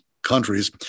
Countries